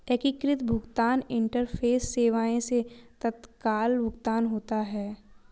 एकीकृत भुगतान इंटरफेस सेवाएं से तत्काल भुगतान होता है